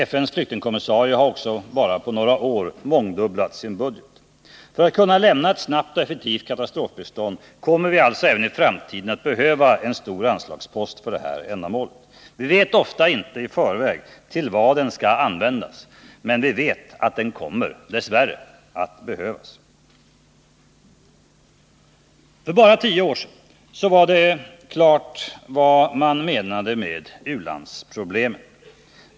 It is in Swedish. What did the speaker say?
FN:s flyktingkommissarie har också på bara några år mångdubblat sin budget. För att kunna lämna ett snabbt och effektivt katastrofbistånd kommer vi alltså även i framtiden att behöva en stor anslagspost för detta ändamål. Vi vet ofta inte i förväg till vad den skall användas, men vi vet att den dess värre kommer att behövas. För bara tio år sedan var det klart vad man menade med ”ulandsproblemen”.